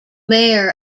mayer